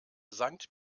sankt